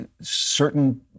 certain